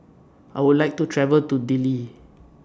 I Would like to travel to Dili